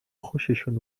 خوششون